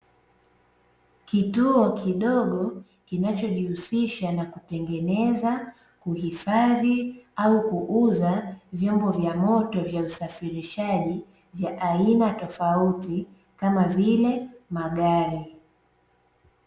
Kituo kidogo kinachojihusisha na kutengeneza, kuhifadhi au kuuza vyombo vya moto vya usafirishaji vya aina tofauti kama vile magari.